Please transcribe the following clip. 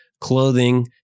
clothing